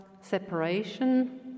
separation